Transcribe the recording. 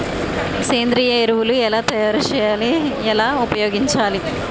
సేంద్రీయ ఎరువులు ఎలా తయారు చేయాలి? ఎలా ఉపయోగించాలీ?